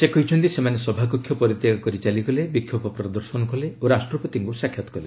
ସେ କହିଛନ୍ତି ସେମାନେ ସଭାକକ୍ଷ ପରିତ୍ୟାଗ କରି ଚାଲିଗଲେ ବିକ୍ଷୋଭ ପ୍ରଦର୍ଶନ କଲେ ଓ ରାଷ୍ଟ୍ରପତିଙ୍କୁ ସାକ୍ଷାତ୍ କଲେ